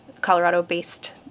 Colorado-based